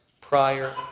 prior